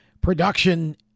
production